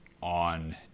on